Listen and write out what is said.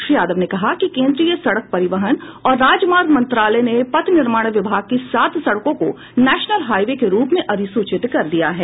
श्री यादव ने कहा कि केंद्रीय सड़क परिवहन और राजमार्ग मंत्रालय ने पथ निर्माण विभाग की सात सड़कों को नेशनल हाईवे के रूप में अधिसूचित कर दिया है